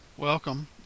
Welcome